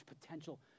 potential